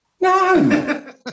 No